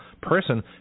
person